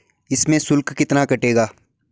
इसमें शुल्क कितना कटेगा?